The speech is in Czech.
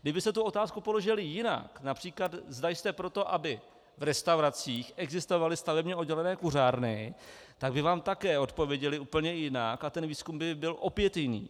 Kdybyste otázku položili jinak, například zda jste pro to, aby v restauracích existovaly stavebně oddělené kuřárny, tak by vám také odpověděli úplně jinak a ten výzkum by byl opět jiný.